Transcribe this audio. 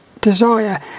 desire